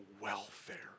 welfare